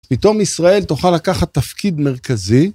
פתאום ישראל תוכל לקחת תפקיד מרכזי.